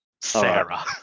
Sarah